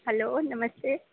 hello नमस्ते